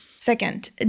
Second